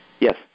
Yes